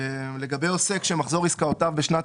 "(2)לגבי עוסק שמחזור עסקאותיו בשנת